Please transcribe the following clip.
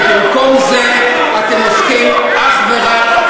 ובמקום זה אתם עוסקים אך ורק,